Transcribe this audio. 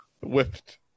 Whipped